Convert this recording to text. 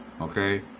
Okay